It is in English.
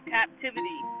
captivity